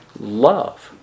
love